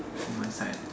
on my side